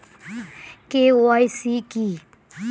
KYC কী?